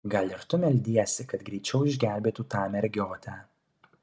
gal ir tu meldiesi kad greičiau išgelbėtų tą mergiotę